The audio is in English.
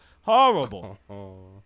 Horrible